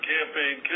Campaign